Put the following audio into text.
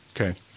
Okay